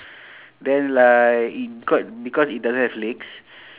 then like it got because it doesn't have legs